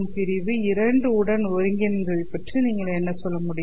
பிரிவு 2 உடன் ஒருங்கிணைந்ததைப் பற்றி நீங்கள் என்ன சொல்ல முடியும்